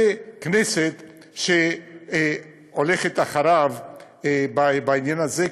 וכנסת שהולכת אחריו בעניין הזה,